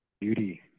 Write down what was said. beauty